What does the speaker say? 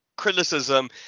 Criticism